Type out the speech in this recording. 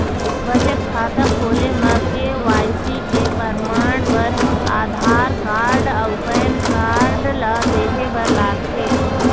बचत खाता खोले म के.वाइ.सी के परमाण बर आधार कार्ड अउ पैन कार्ड ला देहे बर लागथे